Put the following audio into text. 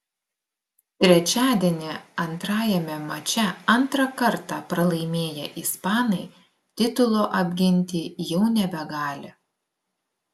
trečiadienį antrajame mače antrą kartą pralaimėję ispanai titulo apginti jau nebegali